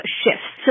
shifts